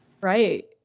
Right